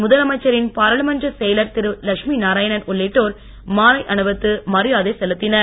முதலமைச்சரின் பாராளுமன்றச் செயலர் திருலட்சுமி நாராயணன் உள்ளிட்டோர் மாலை அணிவித்து மரியாதை செலுத்தினர்